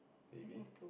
maybe